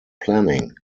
planning